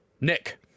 Nick